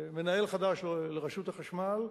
מנהל חדש לרשות החשמל,